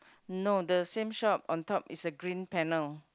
no the same shop on top is a green panel